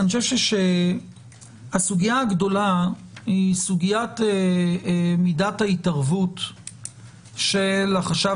אני חושב שהסוגיה הגדולה היא מידת ההתערבות של החשב